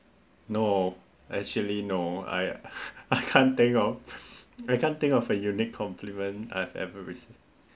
no actually no I I can't think of I can't think of unique compliment I've ever receiv~